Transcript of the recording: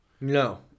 No